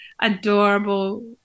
adorable